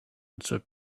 answered